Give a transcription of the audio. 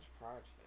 project